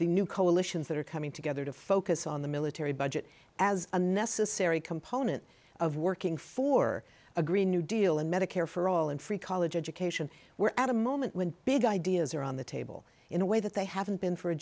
the new coalitions that are coming together to focus on the military budget as a necessary component of working for a green new deal in medicare for all in free college education we're at a moment when big ideas are on the table in a way that they haven't been for a